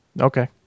Okay